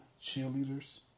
cheerleaders